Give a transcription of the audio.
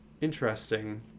Interesting